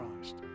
Christ